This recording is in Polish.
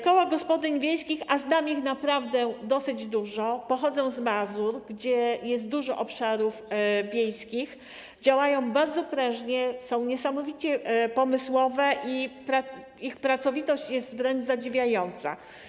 Koła gospodyń wiejskich - a znam ich naprawdę dosyć dużo, pochodzę z Mazur, gdzie jest dużo obszarów wiejskich - działają bardzo prężnie, kobiety są niesamowicie pomysłowe i ich pracowitość jest wręcz zadziwiająca.